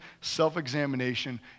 self-examination